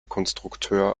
konstrukteur